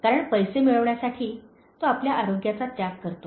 कारण पैसे मिळवण्यासाठी तो आपल्या आरोग्याचा त्याग करतो